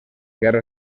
guerra